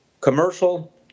commercial